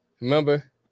Remember